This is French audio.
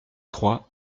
trois